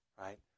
Right